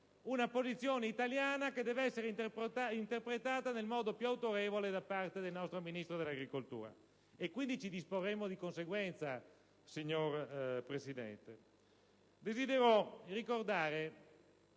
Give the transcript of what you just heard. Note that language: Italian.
una posizione italiana che deve essere interpretata nel modo più autorevole da parte del nostro Ministro dell'agricoltura. Quindi ci disporremo di conseguenza, signor Presidente.